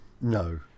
No